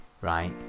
right